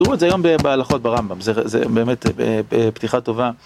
תראו את זה היום בהלכות ברמב״ם, זה באמת פתיחה טובה.